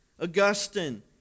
Augustine